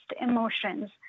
emotions